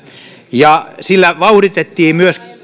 ja sillä vauhditettiin myös